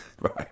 right